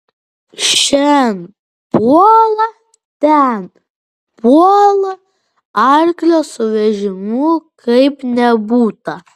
šen puola ten puola arklio su vežimu kaip nebūta